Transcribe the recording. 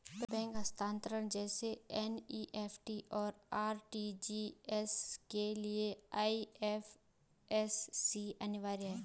bank हस्तांतरण जैसे NEFT, और आर.टी.जी.एस के लिए आई.एफ.एस.सी अनिवार्य है